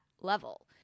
level